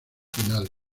finales